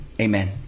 amen